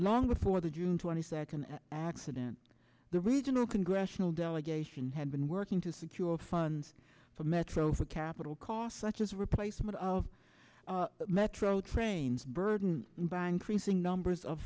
long before the june twenty second accident the regional congressional delegation had been working to secure funds for metro for capital costs such as replacement of metro trains burden by increasing numbers of